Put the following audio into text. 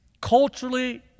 culturally